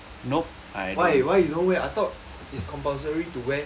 why why you don't wear I thought is compulsory to wear